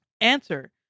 Answer